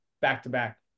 back-to-back